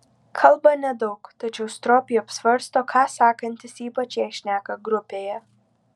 kalba nedaug tačiau stropiai apsvarsto ką sakantis ypač jei šneka grupėje